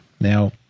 Now